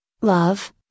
love